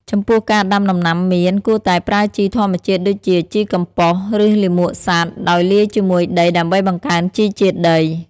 ចំពោះការដាំដំណាំមៀន គួរតែប្រើជីធម្មជាតិដូចជាជីកំប៉ុស្តិ៍ ឬលាមកសត្វ ដោយលាយជាមួយដីដើម្បីបង្កើនជីជាតិដី។